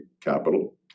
capital